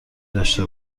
داشته